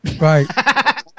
Right